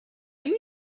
you